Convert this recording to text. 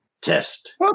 Test